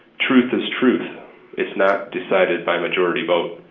truth is truth it's not decided by majority vote.